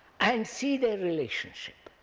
and see their relationship,